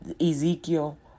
Ezekiel